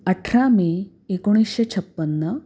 अठरा मे एकोणीसशे छप्पन्न